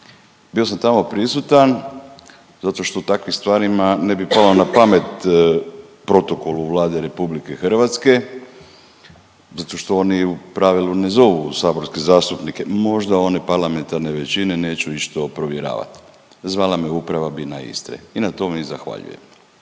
Bio sam tamo prisutan zato što takvim stvarima ne bi palo na pamet protokolu Vlade Republike Hrvatske, zato što oni u pravilu ne zovu saborske zastupnike. Možda one parlamentarne većine, neću ići to provjeravati. Zvala me Uprava BINA Istre i na tome im zahvaljujem.